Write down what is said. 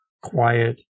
quiet